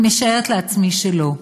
אני משערת לעצמי שלא.